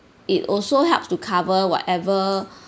it also helps to cover whatever